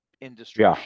industry